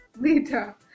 later